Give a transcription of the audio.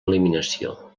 eliminació